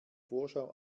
vorschau